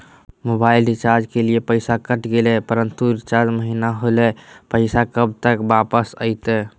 Mobile recharge के लिए पैसा कट गेलैय परंतु रिचार्ज महिना होलैय, पैसा कब तक वापस आयते?